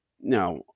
now